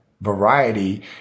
variety